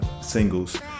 singles